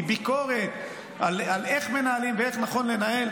מביקורת על איך מנהלים ועל איך נכון לנהל,